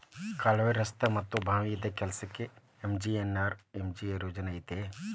ಕಾಲ್ವೆ, ರಸ್ತೆ ಮತ್ತ ಬಾವಿ ಇಂತ ಕೆಲ್ಸಕ್ಕ ಎಂ.ಜಿ.ಎನ್.ಆರ್.ಇ.ಜಿ.ಎ ಯೋಜನಾ ಐತಿ